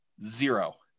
Zero